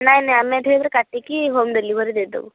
ନାହିଁ ନାହିଁ ଆମେ ଏଠି ପୁରା କାଟିକି ହୋମ୍ ଡେଲିଭରି ଦେଇଦେବୁ